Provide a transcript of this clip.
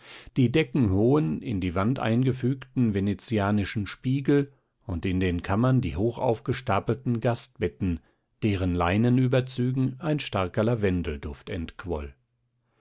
die deckenhohen in die wand eingefügten venezianischen spiegel und in den kammern die hochaufgestapelten gastbetten deren leinenüberzügen ein starker lavendelduft entquoll